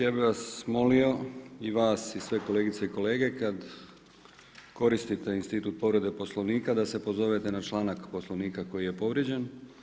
Ja bih vas molio i vas i sve kolegice i kolege kada koristite institut povrede Poslovnika da se pozovete na članak Poslovnika koji je povrijeđen.